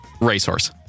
racehorse